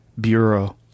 Bureau